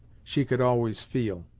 she could always feel.